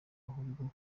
ahubwo